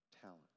talent